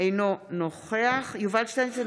אינו נוכח יובל שטייניץ,